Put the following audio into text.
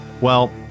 Well-